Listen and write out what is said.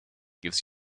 gives